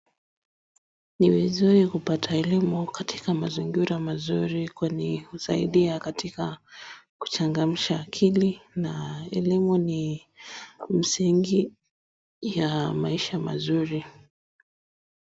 Ni vizuri kupata elimu katika mazingira mazuri kwani husaidia katika kuchangamsha akili na elimu ni msingi ya maisha mazuri.